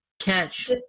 Catch